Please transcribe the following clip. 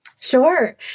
Sure